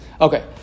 Okay